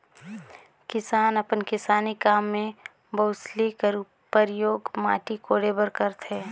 किसान अपन किसानी काम मे बउसली कर परियोग माटी कोड़े बर करथे